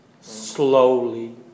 slowly